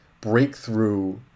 breakthrough